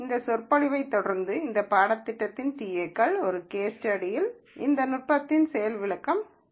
இந்த சொற்பொழிவைத் தொடர்ந்து இந்த பாடத்திட்டத்தின் TA க்கள் ஒரு கேஸ் ஸ்டடியில் இந்த நுட்பத்தின் செயல் விளக்கம் இருக்கும்